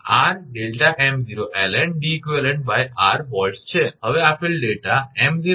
હવે આપેલ ડેટા 𝑚0 0